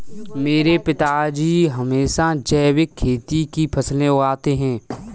मेरे पिताजी हमेशा जैविक खेती की फसलें उगाते हैं